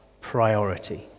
priority